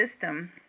system